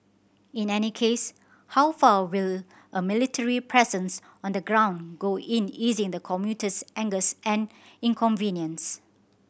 in any case how far will a military presence on the ground go in easing the commuter's angst and inconvenience